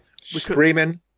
Screaming